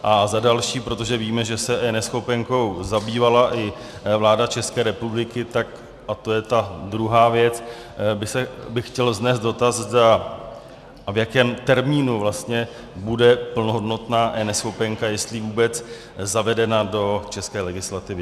A za další, protože víme, že se eNeschopenkou zabývala i vláda České republiky a to je ta druhá věc, bych chtěl vznést dotaz, zda a v jakém termínu vlastně bude plnohodnotná eNeschopenka a jestli vůbec zavedena do české legislativy.